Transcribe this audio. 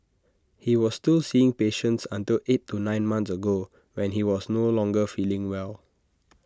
he was still seeing patients until eight to nine months ago when he was no longer feeling well